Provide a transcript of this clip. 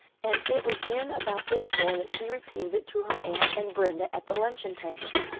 and it was in about this form that she repeated it to her aunt and brenda at the luncheon table.